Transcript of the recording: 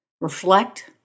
Reflect